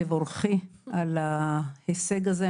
תבורכי על ההישג הזה,